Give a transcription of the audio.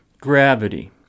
Gravity